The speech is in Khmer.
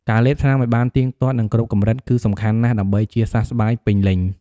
ការលេបថ្នាំឱ្យបានទៀងទាត់ និងគ្រប់កម្រិត គឺសំខាន់ណាស់ដើម្បីជាសះស្បើយពេញលេញ។